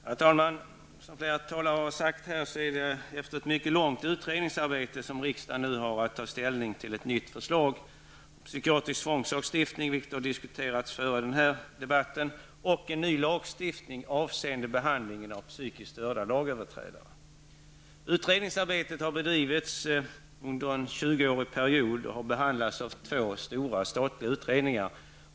Herr talman! Som flera talare har sagt här, är det efter ett mycket långt utredningsarbete som riksdagen nu har att ta ställning till ett nytt förslag om psykiatrisk tvångslagstiftning, vilket har diskuterats före den här debatten, och en ny lagstiftning avseende behandling av psykiskt störda lagöverträdare. Utredningsarbetet har bedrivits under en tjugoårsperiod. Det har bedrivits av två stora statliga utredningar.